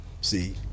see